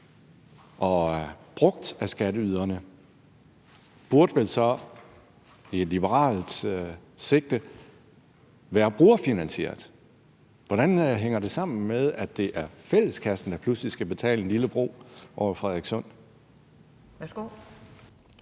brugt af skatteyderne, burde vel så i et liberalt sigte være brugerfinansieret. Hvordan hænger det sammen med, at det er fælleskassen, der pludselig skal betale en lille bro ved Frederikssund? Kl.